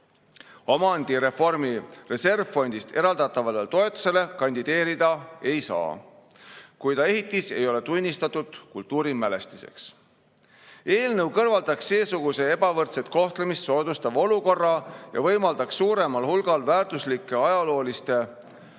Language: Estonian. omandireformi reservfondist eraldatavale toetusele kandideerida ei saa, kui ta ehitis ei ole tunnistatud kultuurimälestiseks. Eelnõu kõrvaldaks seesuguse ebavõrdset kohtlemist soodustava olukorra ja võimaldaks suuremal hulgal väärtuslike ajalooliste